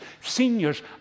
Seniors